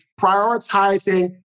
prioritizing